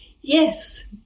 Yes